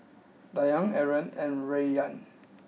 Dayang Aaron and Rayyan